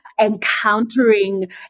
encountering